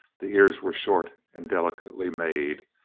the ears were short and delicately made,